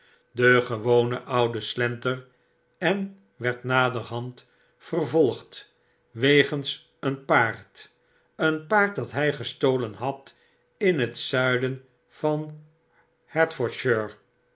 de gewone oude slenter en werd naderhand vervolgd wegens een paard een paard dat hfl gesfcolen had in het zuiden van